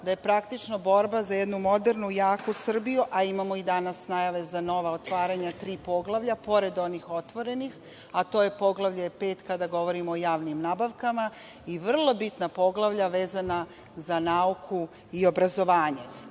da je praktično borba za jednu modernu, jaku Srbiju. Imamo i danas najave za nova otvaranja tri poglavlja, pored onih otvorenih, a to je poglavlje 5 kada govorimo o javnim nabavkama, i vrlo bitna poglavlja vezana za nauku i obrazovanje. Prema